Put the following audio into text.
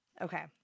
Okay